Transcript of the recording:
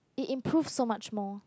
it improves so much more